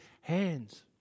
hands